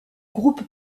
groupes